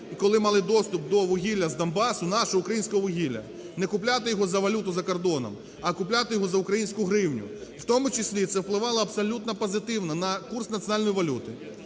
коли мали доступ до вугілля з Донбасу, нашого, українського вугілля, не купляти його за валюту за кордоном, а купляти його за українську гривню. В тому числі це впливало абсолютно позитивно на курс національної валюти,